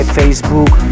facebook